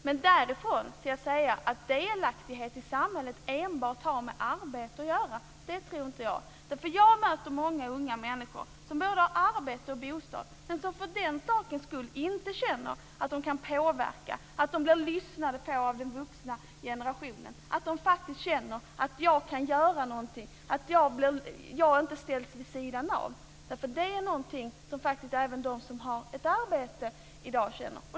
Men därifrån till att säga att delaktighet i samhället enbart har med arbetet att göra tror inte jag på. Jag möter många unga människor som har både arbete och bostad men som för den sakens skull inte känner att de kan påverka, att den vuxna generationen lyssnar på dem, att de faktiskt känner att de kan göra någonting: Jag ställs inte vid sidan av. Det är någonting som faktiskt även de som har ett arbete känner.